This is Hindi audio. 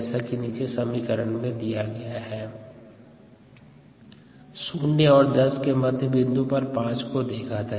v 177 20023 mMmin 1 assigned to t 5 min S 1885 0 और 10 के मध्य बिंदु पर 5 को देखा था